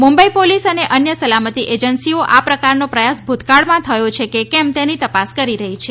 Mumbai police અને અન્ય સલામતી એજન્સીઓ આ પ્રકારનો પ્રથાસ ભૂતકાળમાં થયો છે કે કેમ તેની તપાસ કરી રહી છે